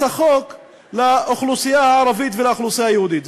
החוק לאוכלוסייה הערבית ולאוכלוסייה היהודית.